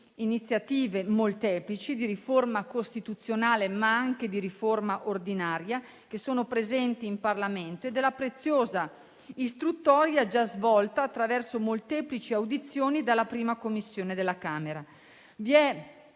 iniziative molteplici di riforma costituzionale, ma anche di riforma ordinaria presenti in Parlamento, e della preziosa istruttoria già svolta attraverso molteplici audizioni dalla I Commissione della Camera. Vi è